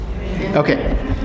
okay